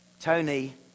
Tony